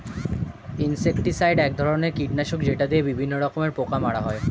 insecticide এক ধরনের কীটনাশক যেটা দিয়ে বিভিন্ন রকমের পোকা মারা হয়